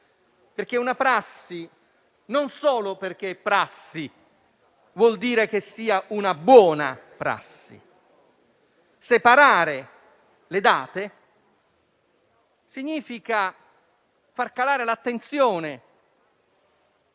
perché una prassi, solo perché è tale, non vuol dire che sia una buona prassi. Separare le date significa far calare l'attenzione